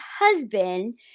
husband